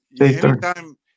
anytime